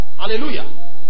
Hallelujah